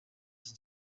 iki